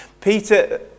peter